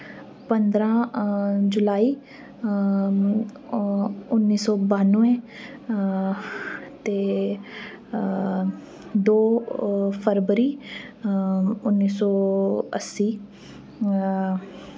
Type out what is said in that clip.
पंदरा जुलाई उ'न्नी सौ बानुए ते दो फरवरी उ'न्नी सौ अस्सी